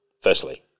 firstly